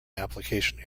application